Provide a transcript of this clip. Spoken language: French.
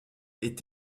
est